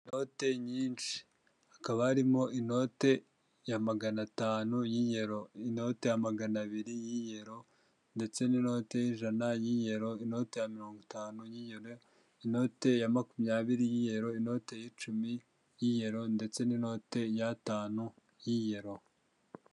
Inote nyinshi hakaba harimo inote ya magana atanu y'iyero, inote ya magana abiri y'iyero ndetse n'inote y'ijana y'iyero, inote ya mirongo itanu y'iyero, inote ya makumyabiri y'iyero, inote y'icumi y'iyero ndetse n'inote y'atanu y'iyero.